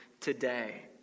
today